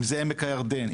אם זה עמק הירדן,